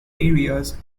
areas